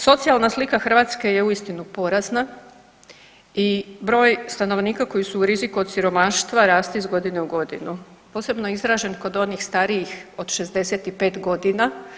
Socijalna slika Hrvatske je uistinu porazna i broj stanovnika koji su u riziku od siromaštva raste iz godine u godinu, posebno je izražen kod onih starijih od 65.g.